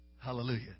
Hallelujah